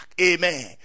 Amen